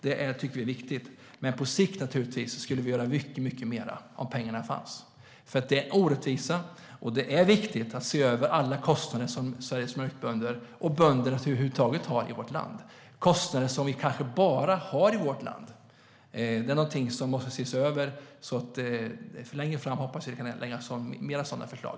Det tycker vi är viktigt. På sikt skulle vi naturligtvis vilja göra mycket mer om pengarna fanns, för det är en orättvisa. Det är viktigt att se över alla kostnader som Sveriges mjölkbönder, och bönder över huvud taget, har i vårt land. Det är kostnader som kanske bara finns här. De måste ses över, och jag hoppas att vi längre fram kan lägga fram fler sådana förslag.